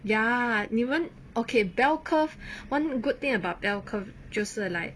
ya lah 你们 okay bell curve one good thing about bell curve 就是 like